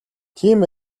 тийм